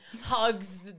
hugs